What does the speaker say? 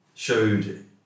showed